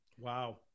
Wow